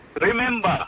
Remember